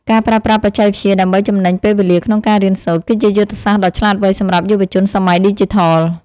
ការប្រើប្រាស់បច្ចេកវិទ្យាដើម្បីចំណេញពេលវេលាក្នុងការរៀនសូត្រ គឺជាយុទ្ធសាស្ត្រដ៏ឆ្លាតវៃសម្រាប់យុវជនសម័យឌីជីថល។